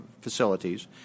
facilities